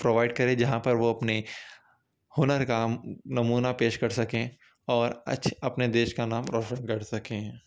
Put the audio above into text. provide کرے جہاں پر وہ اپنے ہنر کا نمونہ پیش کر سکیں اور اچھے اپنے دیش کا نام روشن کر سکیں